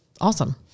Awesome